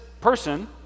person